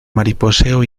mariposeo